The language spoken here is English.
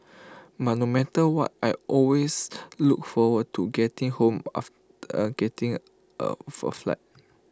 but no matter what I always look forward to getting home after getting off A flight